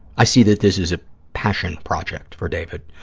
i see that this is a passion project for david.